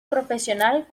profesional